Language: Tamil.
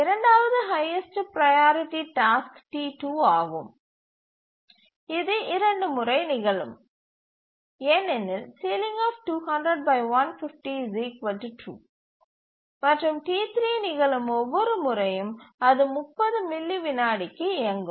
இரண்டாவது ஹைஎஸ்ட் ப்ரையாரிட்டி டாஸ்க் T2 ஆகும் இது 2 முறை நிகழும் ஏனெனில் மற்றும் T3 நிகழும் ஒவ்வொரு முறையும் அது 30 மில்லி விநாடிக்கு இயங்கும்